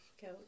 go